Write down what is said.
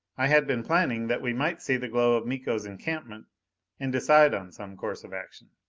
i had been planning that we might see the glow of miko's encampment and decide on some course of action.